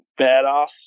badass